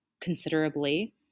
considerably